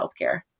healthcare